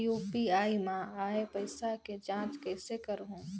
UPI मा आय पइसा के जांच कइसे करहूं?